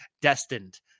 destined